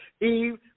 Eve